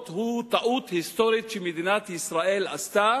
הוא טעות היסטורית שמדינת ישראל עשתה